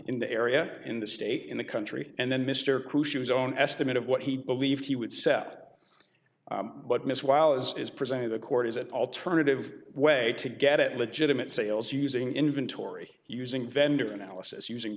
in the area in the state in the country and then mr crewe shoes own estimate of what he believed he would set but miss while as is presented the court is that alternative way to get at legitimate sales using inventory using vendor analysis using